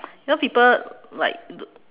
you know people like